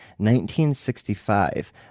1965